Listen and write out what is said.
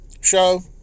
show